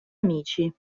amici